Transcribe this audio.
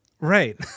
Right